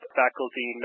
faculty